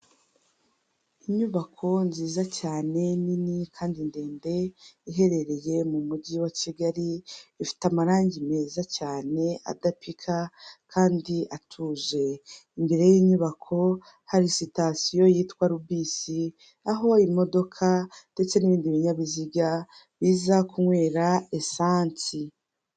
Inyubako nziza cyane nini kandi ndende iherereye mu mujyi wa Kigali, ifite amarangi meza cyane adapika kandi atuje. Imbere y'inyubako hari sitasiyo yitwa lubisi, aho imodoka ndetse n'ibindi binyabiziga biza kunywera esansi.